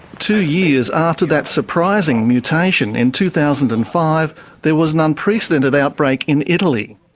two years after that surprising mutation in two thousand and five there was an unprecedented outbreak in italy.